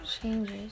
changes